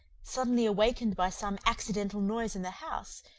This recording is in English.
suddenly awakened by some accidental noise in the house,